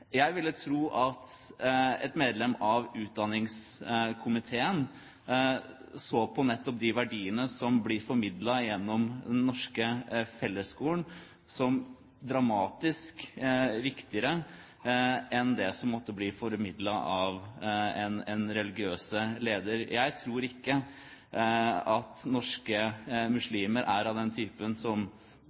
Jeg ville tro at et medlem av utdanningskomiteen nettopp så på de verdiene som blir formidlet gjennom den norske fellesskolen, som dramatisk viktigere enn det som måtte bli formidlet av en religiøs leder. Jeg tror ikke at norske muslimer er av den typen som